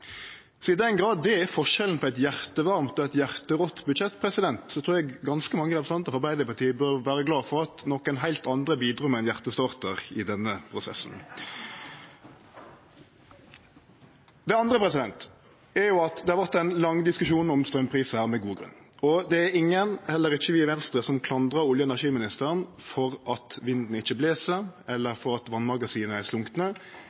I den grad det er forskjellen på eit hjartevarmt og eit hjarterått budsjett, trur eg ganske mange representantar frå Arbeidarpartiet bør vere glade for at nokon heilt andre bidrog med ein hjartestartar i denne prosessen. Det andre er at det har vore ein lang diskusjon om straumprisar, med god grunn. Det er ingen – heller ikkje vi i Venstre – som klandrar olje- og energiministeren for at vinden ikkje bles, for at vassmagasina er slunkne,